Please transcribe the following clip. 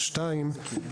שנית,